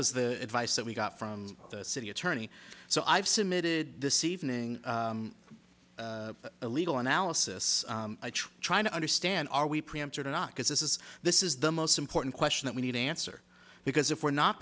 was the advice that we got from the city attorney so i've submitted this evening a legal analysis trying to understand are we preempted or not because this is this is the most important question that we need to answer because if we're not